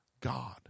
God